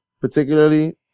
particularly